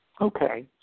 Okay